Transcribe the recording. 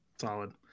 Solid